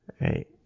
right